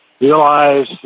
realize